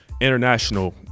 international